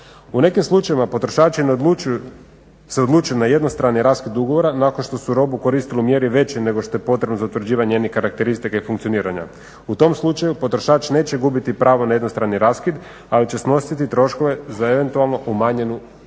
U nekim slučajevima potrošači se odlučuju na jednostrani raskid ugovora nakon što su robu koristili u mjeri većoj nego što je potrebno za utvrđivanje njenih karakteristika i funkcioniranja. U tom slučaju potrošač neće gubiti pravo na jednostrani raskid, ali će snositi troškove za eventualno umanjenu